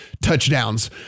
touchdowns